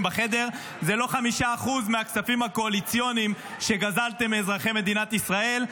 בחדר: זה לא 5% מהכספים הקואליציוניים שגזלתם מאזרחי ישראל,